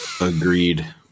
agreed